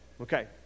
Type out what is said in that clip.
Okay